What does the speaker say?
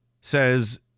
says